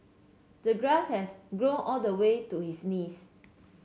the grass has grown all the way to his knees